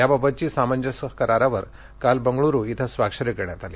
याबाबतच्या सामंजस्य करारावर काल बेंगळुरु इथं स्वाक्षरी करण्यात आली